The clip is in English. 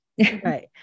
Right